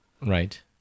Right